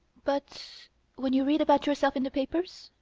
but when you read about yourself in the papers?